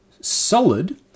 solid